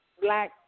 black